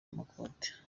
amakote